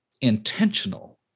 intentional